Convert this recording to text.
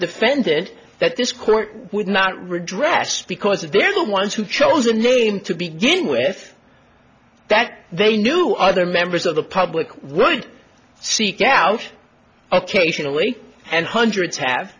defended that this court would not redress because if they're the ones who chose a name to begin with that they knew other members of the public would seek out occasionally and hundreds have